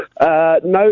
No